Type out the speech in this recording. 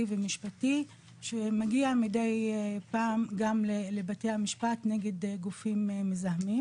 ומשפטי שמגיע מידי פעם לבתי המשפט נגד גופים מזהמים,